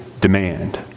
demand